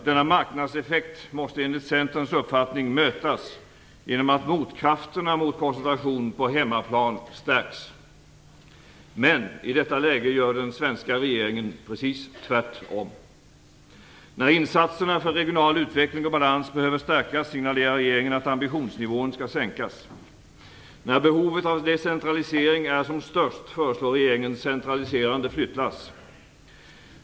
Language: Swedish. Denna marknadseffekt måste enligt Centerns uppfattning mötas genom att motkrafterna mot koncentration på hemmaplan stärks. Men i detta läge gör den svenska regeringen precis tvärtom. När insatserna för regional utveckling och balans behöver stärkas signalerar regeringen att ambitionsnivån skall sänkas. När behovet av decentralisering är som störst föreslår regeringen centraliserande flyttlass.